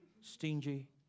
stingy